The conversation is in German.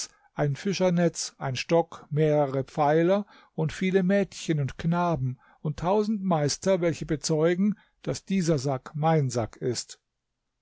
ein fischernetz ein stock mehrere pfeiler und viele mädchen und knaben und tausend meister welche bezeugen daß dieser sack mein sack ist